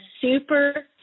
super